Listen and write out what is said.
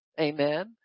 amen